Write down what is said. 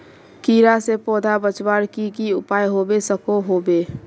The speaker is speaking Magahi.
कीड़ा से पौधा बचवार की की उपाय होबे सकोहो होबे?